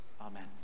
amen